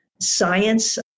science